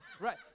Right